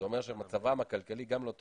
זה אומר שמצבם הכלכלי גם לא טוב,